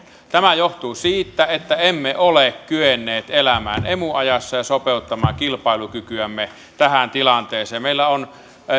tämä johtuu siitä että emme ole kyenneet elämään emu ajassa ja sopeuttamaan kilpailukykyämme tähän tilanteeseen meillä on